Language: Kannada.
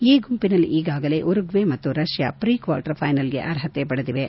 ಎ ಗುಂಪಿನಲ್ಲಿ ಈಗಾಗಲೇ ಉರುಗ್ಡೆ ಮತ್ತು ರಷ್ಯಾ ಪ್ರಿ ಕ್ನಾರ್ಟರ್ಫೈನಲ್ ಅರ್ಹತೆ ಪಡೆದಿವೆ